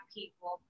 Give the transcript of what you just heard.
people